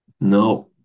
No